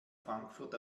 frankfurt